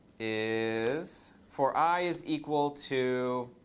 is for i is equal to